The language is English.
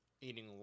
eating